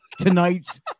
tonight's